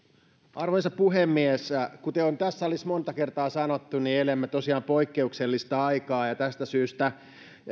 arvoisa puhemies kuten on tässä salissa monta kertaa sanottu niin elämme tosiaan poikkeuksellista aikaa ja tästä syystä